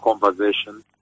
conversation